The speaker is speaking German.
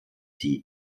die